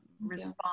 respond